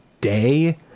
day